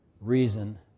reason